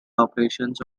operations